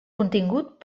contingut